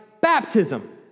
baptism